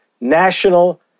national